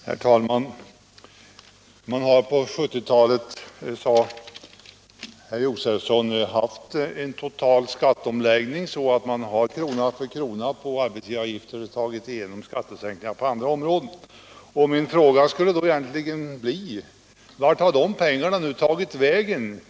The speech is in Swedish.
Herr talman! Herr Josefson sade att vi under 1970-talet haft en total skatteomläggning som inneburit att man genom höjningar av arbetsgivaravgifterna krona för krona tagit igen skattesänkningar på andra områden. Min fråga blir då: Vart har pengarna tagit vägen?